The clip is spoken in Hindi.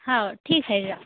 हाँ ठीक है